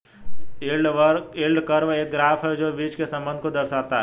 yield curve एक graph है जो बीच के संबंध को दर्शाता है